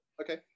Okay